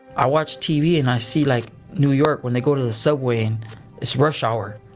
i watch tv and i see like new york when they go to the subway and it's rush hour.